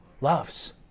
loves